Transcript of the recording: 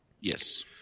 Yes